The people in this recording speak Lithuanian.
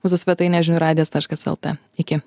mūsų svetainė žinių radijas taškas lt iki